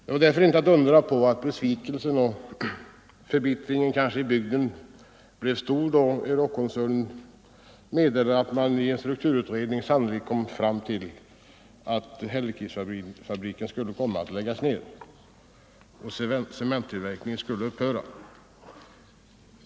Det är därför inte att undra på att besvikelsen och förbittringen i bygden blev stor när Euroc-koncernen meddelade att man i en strukturutredning kom fram till att Hällekisfabriken sannolikt skulle komma att läggas ned och att cementtillverkningen skulle upphöra.